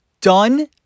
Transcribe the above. Done